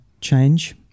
change